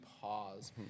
pause